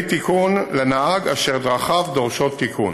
תיקון לנהג אשר דרכיו דורשות תיקון.